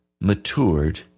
matured